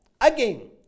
Again